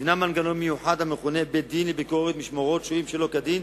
נבנה מנגנון מיוחד המכונה בית-דין לביקורת משמורת שוהים שלא כדין.